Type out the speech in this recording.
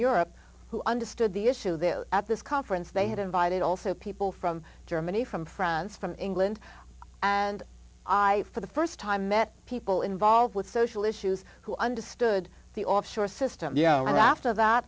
europe who understood the issue that at this conference they had invited also people from germany from france from england and i for the st time met people involved with social issues who understood the offshore system and after that